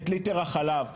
את ליטר חלב.